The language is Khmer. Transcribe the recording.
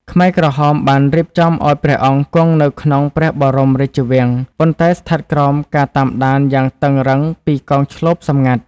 ខ្មែរក្រហមបានរៀបចំឱ្យព្រះអង្គគង់នៅក្នុងព្រះបរមរាជវាំង ប៉ុន្តែស្ថិតក្រោមការតាមដានយ៉ាងតឹងរ៉ឹងពីកងឈ្លបសម្ងាត់។